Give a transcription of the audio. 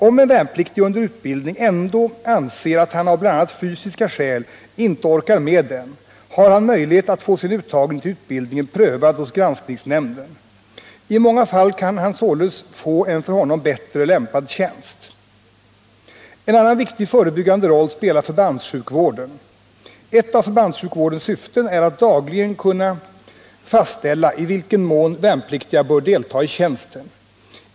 Om en värnpliktig under utbildning ändå anser att han av bl.a. fysiska skäl inte orkar med den har han möjlighet att få sin uttagning till utbildningen prövad hos granskningsnämnden. I många fall kan han således få en för honom bättre lämpad tjänst. En annan viktig förebyggande roll spelar förbandssjukvården. Ett av förbandssjukvårdens syften är att dagligen kunna fastställa i vilken mån värnpliktiga bör delta i tjänsten.